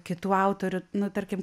kitų autorių nu tarkim